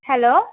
hello